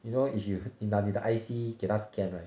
you know if you 你拿你的 I_C 给他 scan right